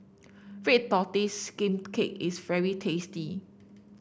Red Tortoise Steamed Cake is very tasty